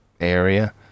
area